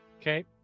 Okay